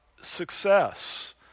success